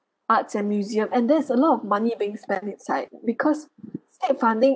arts and museum and there's a lot of money being spent inside because state funding